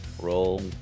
Roll